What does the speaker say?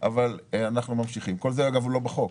כל זה, אגב, הוא לא בחוק.